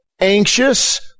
anxious